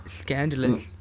Scandalous